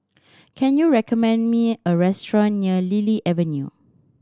can you recommend me a restaurant near Lily Avenue